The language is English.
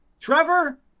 Trevor